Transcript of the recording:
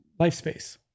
LifeSpace